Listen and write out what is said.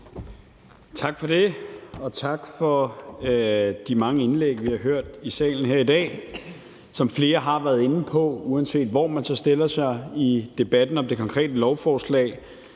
Tak for det, og tak for de mange indlæg, vi har hørt i salen her i dag. Som flere har været inde på, uanset hvor man så stiller sig i debatten om det konkrete lovforslag,